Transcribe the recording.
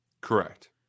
Correct